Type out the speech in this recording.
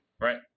right